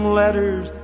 letters